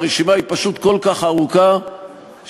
הרשימה היא פשוט כל כך ארוכה שקשה,